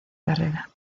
carrera